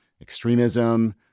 extremism